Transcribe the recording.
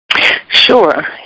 Sure